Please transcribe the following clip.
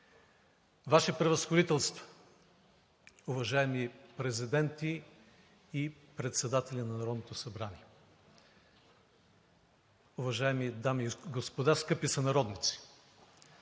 Ваши превъзходителства, уважаеми президенти и председатели на Народното събрание, уважаеми дами и господа, скъпи сънародници!